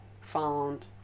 found